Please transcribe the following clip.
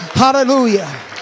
hallelujah